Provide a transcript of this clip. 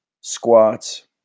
squats